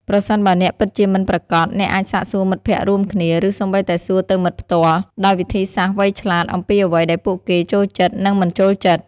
ប្រសិនបើអ្នកពិតជាមិនប្រាកដ អ្នកអាចសាកសួរមិត្តភក្តិរួមគ្នា ឬសូម្បីតែសួរទៅមិត្តផ្ទាល់ ដោយវិធីសាស្រ្តវៃឆ្លាត អំពីអ្វីដែលពួកគេចូលចិត្ត និងមិនចូលចិត្ត។